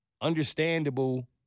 understandable